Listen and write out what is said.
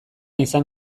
izan